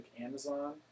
Amazon